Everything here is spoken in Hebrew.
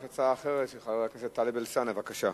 יש הצעה אחרת של חבר הכנסת טלב אלסאנע, בבקשה.